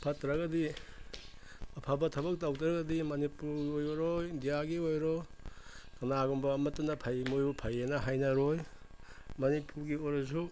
ꯐꯠꯇ꯭ꯔꯒꯗꯤ ꯑꯐꯕ ꯊꯕꯛ ꯇꯧꯗ꯭ꯔꯒꯗꯤ ꯃꯅꯤꯄꯨꯔꯒꯤ ꯑꯣꯏꯔꯣ ꯏꯟꯗꯤꯌꯥꯒꯤ ꯑꯣꯏꯔꯣ ꯀꯅꯥꯒꯨꯝꯕ ꯑꯃꯇꯅ ꯐꯩ ꯃꯣꯏꯕꯨ ꯐꯩꯑꯅ ꯍꯥꯏꯅꯔꯣꯏ ꯃꯅꯤꯄꯨꯔꯒꯤ ꯑꯣꯏꯔꯁꯨ